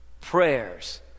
Prayers